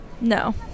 No